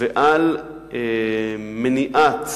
ועל מניעת